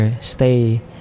stay